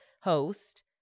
host